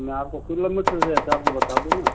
मैं आपको किलोमीटर से हिसाब से बता दूँगा